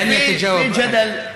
(אומר דברים בשפה הערבית,